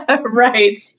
Right